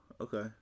okay